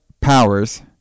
Powers